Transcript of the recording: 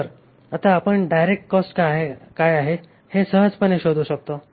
तर आता आपण डायरेक्ट कॉस्ट काय आहे हे सहजपणे शोधू शकतो